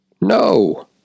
No